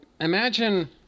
imagine